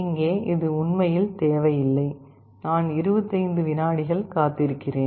இங்கே இது உண்மையில் தேவையில்லை நான் 25 விநாடிகள் காத்திருக்கிறேன்